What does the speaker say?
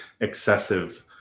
excessive